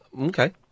Okay